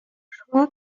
шуңа